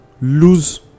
lose